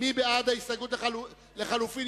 יואל חסון,